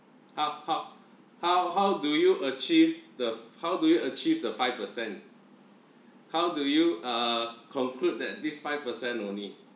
how how how how do you achieve the how do you achieve the five percent how do you err conclude that this five percent only